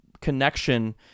connection